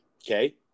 Okay